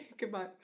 goodbye